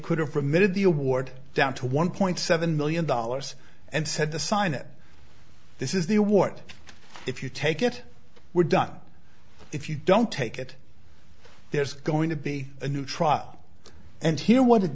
could have permitted the award down to one point seven million dollars and said to sign it this is the award if you take it we're done if you don't take it there's going to be a new trial and here what it